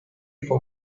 for